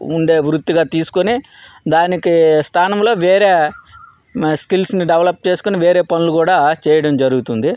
ఉండే వృత్తిగా తీసుకుని దాని స్థానంలో వేరే స్కిల్స్ని డెవలప్ చేసుకుని వేరే పనులు కూడా చెయ్యడం జరుగుతుంది